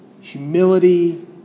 humility